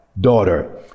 daughter